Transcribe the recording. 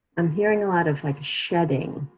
i'm hearing a lot of like shedding,